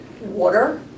water